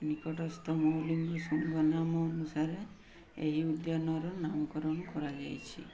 ନିକଟସ୍ଥ ମୌଲିଂ ଶୃଙ୍ଗ ନାମ ଅନୁସାରେ ଏହି ଉଦ୍ୟାନର ନାମକରଣ କରାଯାଇଛି